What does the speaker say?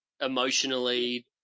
emotionally